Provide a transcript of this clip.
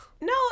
No